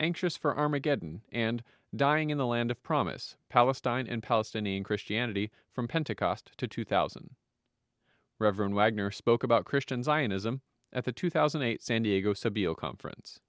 anxious for armageddon and dying in the land of promise palestine in palestinian christianity from pentecost to two thousand reverend wagner spoke about christian zionism at the two thousand and eight san diego said below conference